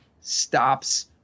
stops